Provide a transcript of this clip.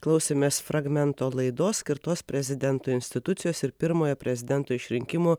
klausėmės fragmento laidos skirtos prezidento institucijos ir pirmojo prezidento išrinkimo